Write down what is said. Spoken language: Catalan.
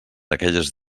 aquelles